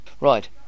Right